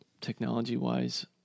technology-wise